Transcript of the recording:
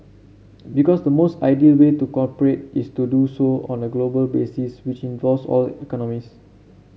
because the most ideal way to cooperate is to do so on a global basis which involves all economies